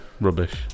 rubbish